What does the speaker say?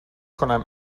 کنم